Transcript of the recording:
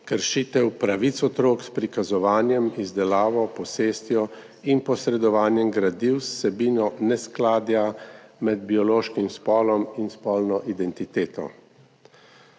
Kršitev pravic otrok s prikazovanjem, izdelavo, posestjo in posredovanjem gradiv z vsebino neskladja med biološkim spolom in spolno identiteto.